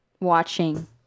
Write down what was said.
watching